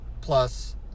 plus